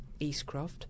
Eastcroft